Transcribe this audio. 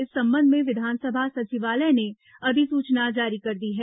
इस संबंध में विधानसभा सचिवालय ने अधिसूचना जारी कर दी है